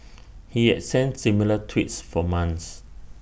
he had sent similar tweets for months